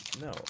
No